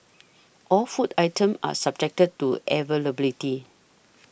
all food items are subjected to availability